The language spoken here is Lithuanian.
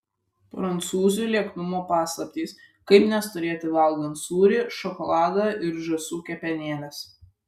prancūzių lieknumo paslaptys kaip nestorėti valgant sūrį šokoladą ir žąsų kepenėles